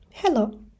Hello